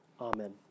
Amen